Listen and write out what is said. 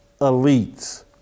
elites